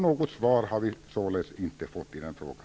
Något svar har jag således inte fått på den frågan.